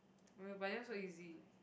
but then so easy